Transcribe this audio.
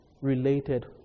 related